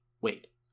wait